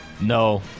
No